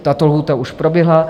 Tato lhůta už proběhla.